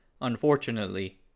Unfortunately